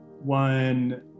one